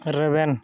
ᱨᱮᱵᱮᱱ